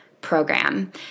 program